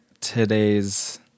today's